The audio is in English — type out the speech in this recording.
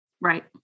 Right